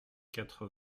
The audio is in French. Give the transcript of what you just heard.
quatre